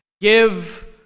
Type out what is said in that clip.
Give